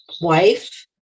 wife